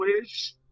wish